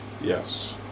Yes